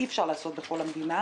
אי אפשר לעשות בכל המדינה.